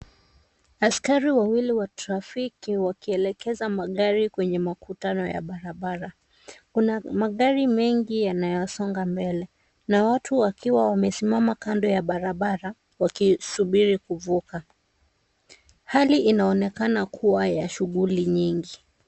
Askari wawili wa trafiki wakielekeza magari kwenye makutano ya barabara kuna magari mengi yanayosonga mbele na watu wakiwa wamesimama kando ya barabara wakisubiri kuvuka hali inaonekana kuwa ya shughuli nyingi.